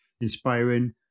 inspiring